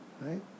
Right